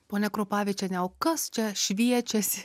pone krupavičiene o kas čia šviečiasi